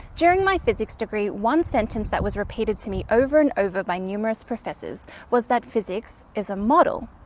during my physics degree one sentence that was repeated to me over and over by numerous professors was that physics is a model.